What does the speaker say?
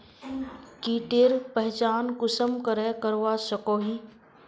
कीटेर पहचान कुंसम करे करवा सको ही?